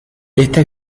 esta